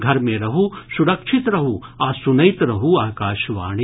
घर मे रहू सुरक्षित रहू आ सुनैत रहू आकाशवाणी